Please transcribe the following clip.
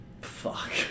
fuck